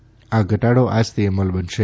જે આ ઘટાડો આજથી અમલી બનશે